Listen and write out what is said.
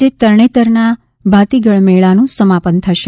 આજે તરણેતરના ભાતીગળ મેળાનું સમાપન થશે